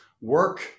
work